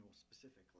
specifically